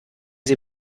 sie